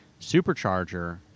Supercharger